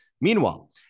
Meanwhile